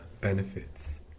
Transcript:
benefits